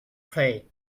pray